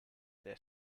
their